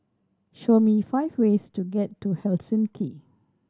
show me five ways to get to Helsinki